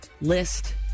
list